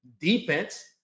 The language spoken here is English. defense